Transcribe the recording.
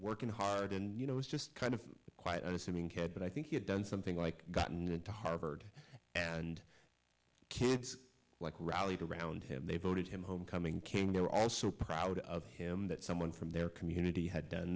working hard and you know was just kind of quiet unassuming kid but i think he had done something like gotten into harvard and kids like rallied around him they voted him homecoming king they were all so proud of him that someone from their community had done